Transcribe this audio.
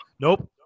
Nope